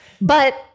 But-